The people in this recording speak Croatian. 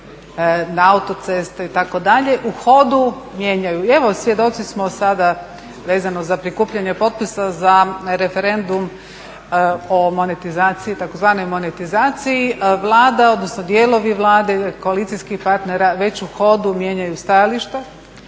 na autoceste itd. u hodu mijenjaju. I evo svjedoci smo sada, vezano za prikupljanje potpisa za referendum o monetizaciji, tzv. monetizaciji. Vlada odnosno dijelovi Vlade, koalicijskih partnera već u hodu mijenjaju stajališta